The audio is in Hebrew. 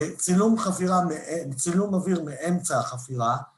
צילום חפירה, צילום אוויר מאמצע החפירה.